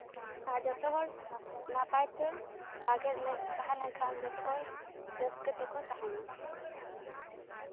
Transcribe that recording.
ᱟᱨ ᱡᱚᱛᱚᱦᱚᱲ ᱱᱟᱯᱟᱭᱛᱮ ᱵᱷᱟᱜᱮ ᱞᱮᱠᱟ ᱛᱟᱦᱮᱸ ᱞᱮᱱᱠᱷᱟᱱ ᱡᱚᱛᱚ ᱦᱚᱲ ᱨᱟᱹᱥᱠᱟᱹ ᱛᱮᱠᱚ ᱛᱟᱦᱮᱸᱱᱟ